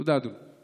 תודה, אדוני.